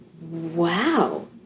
wow